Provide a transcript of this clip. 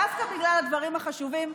דווקא בגלל הדברים החשובים,